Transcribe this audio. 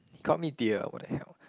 he called me dear what the hell